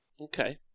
Okay